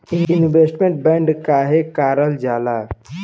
Investment bond काहे कारल जाला?